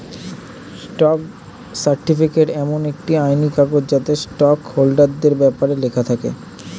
stock certificate এমন একটা আইনি কাগজ যাতে স্টক হোল্ডারদের ব্যপারে লেখা থাকে